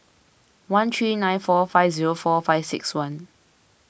one three nine four five zero four five six one